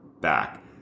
back